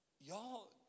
Y'all